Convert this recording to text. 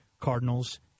Cardinals